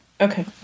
Okay